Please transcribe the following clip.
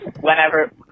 Whenever